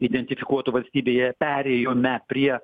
identifikuotų valstybėje perėjome prie